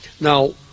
now